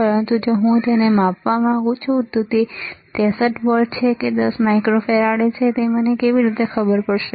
પરંતુ જો હું તેને માપવા માંગુ છું કે તે 63 વોલ્ટ છે કે 10 માઇક્રોફેરાડ છે તો મને કેવી રીતે ખબર પડશે